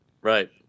Right